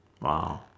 wow